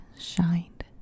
shined